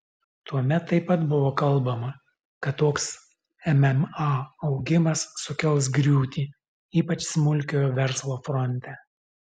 tuomet taip pat buvo kalbama kad toks mma augimas sukels griūtį ypač smulkiojo verslo fronte